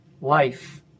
life